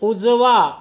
उजवा